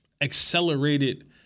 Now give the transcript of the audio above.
accelerated